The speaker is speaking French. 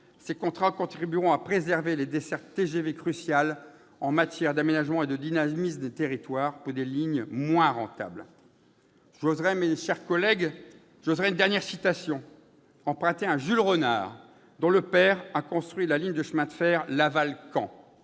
ces contrats contribueront à préserver les dessertes TGV cruciales en matière d'aménagement et de dynamisme des territoires, pour des lignes moins rentables. J'oserai une dernière citation, empruntée à Jules Renard, dont le père a travaillé à la construction de la ligne Laval-Caen